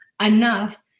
enough